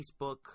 Facebook